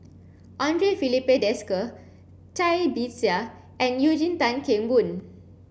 Andre Filipe Desker Cai Bixia and Eugene Tan Kheng Boon